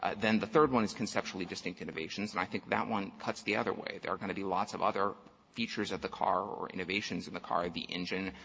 ah then the third one is conceptually distinct innovations, and i think that one cuts the other way. there are going to be lots of other features of the car or innovations in the car the engine,